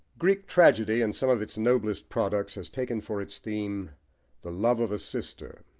greek tragedy in some of its noblest products has taken for its theme the love of a sister,